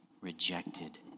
rejected